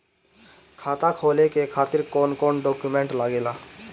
खाता खोले के खातिर कौन कौन डॉक्यूमेंट लागेला?